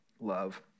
love